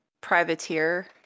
Privateer